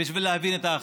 בשביל להבין את האחר.